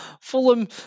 Fulham